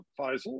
Faisal